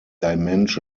holes